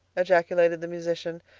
ejaculated the musician,